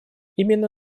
именно